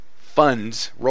funds